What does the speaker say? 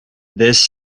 this